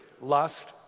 lust